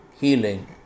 healing